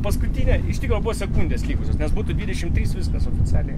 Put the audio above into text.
paskutinė iš tikro buvo sekundės likusios nes būtų dvidešim trys viskas oficialiai